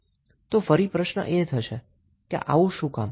તો ફરી પ્રશ્ન એ થશે કે આવું શું કામ